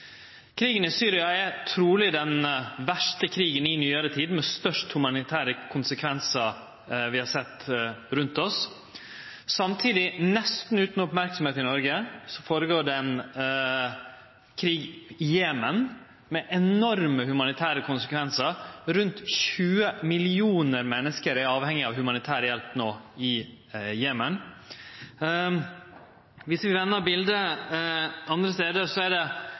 Krigen i Syria er truleg den verste krigen i nyare tid, med dei største humanitære konsekvensane vi har sett rundt oss. Samtidig, nesten utan merksemd i Noreg, føregår det ein krig i Jemen med enorme humanitære konsekvensar. Rundt 20 millionar menneske er no avhengige av humanitær hjelp i Jemen. Dersom vi ser på bildet andre stader, er det